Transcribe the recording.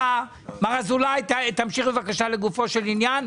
משה אזולאי, תמשיך לגופו של עניין.